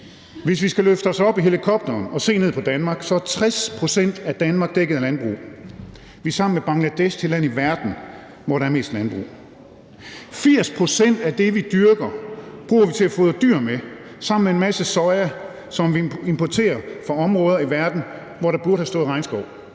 Hvis vi skal løfte os op i helikopteren og se ned på Danmark, er 60 pct. af Danmark dækket af landbrug. Vi er sammen med Bangladesh det land i verden, hvor der er mest landbrug. 80 pct. af det, vi dyrker, bruger vi til at fodre dyr med sammen med en masse soja, som vi importerer fra områder i verden, hvor der burde have stået regnskov.